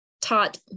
taught